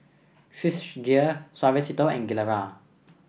Swissgear Suavecito and Gilera